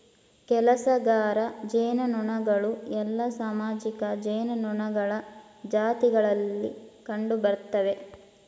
ಕೆಲಸಗಾರ ಜೇನುನೊಣಗಳು ಎಲ್ಲಾ ಸಾಮಾಜಿಕ ಜೇನುನೊಣಗಳ ಜಾತಿಗಳಲ್ಲಿ ಕಂಡುಬರ್ತ್ತವೆ